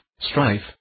strife